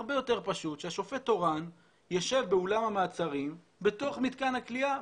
הרבה יותר פשוט ששופט תורן יישב באולם המעצרים בתוך מתקן הכליאה,